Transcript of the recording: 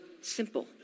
simple